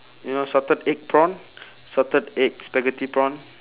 you know salted egg prawn salted egg spaghetti prawn